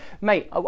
mate